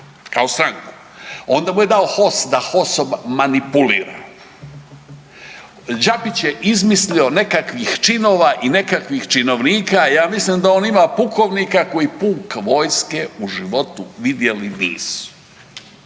kao stranku, onda mu je dao HOS da HOS-om manipulira. Đapić je izmislio nekakvih činova i nekakvih činovnika ja mislim da on ima pukovnika koji puk vojske u životu vidjeli nisu.